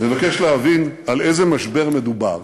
מבקש להבין על איזה משבר מדובר.